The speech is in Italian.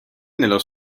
nello